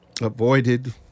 avoided